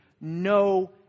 no